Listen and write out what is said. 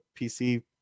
PC